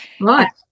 Right